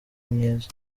myiza